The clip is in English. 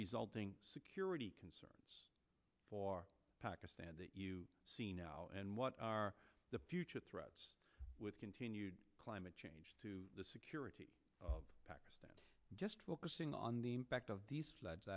resulting security concerns for pakistan that you see now and what are the future threats with continued climate change to the security of pakistan just focusing on the impact of these floods